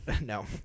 No